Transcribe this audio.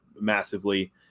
massively